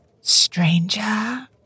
Stranger